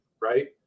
right